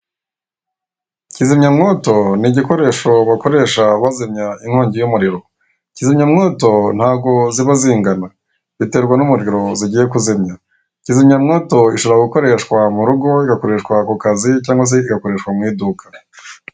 Kizimyamwoto ni igikoresho bakoresha bazimya inkongi y'umuriro. Kizimyamwoto ntabwo ziba zingana, biterwa n'umuriro zigiye kuzimya. Kizimyamwoto ishobora gukoreshwa mu rugo, igakoreshwa ku kazi cyangwa se igakoreshwa mu iduka.